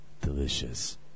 Delicious